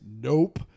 nope